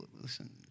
listen